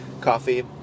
coffee